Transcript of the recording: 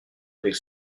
avec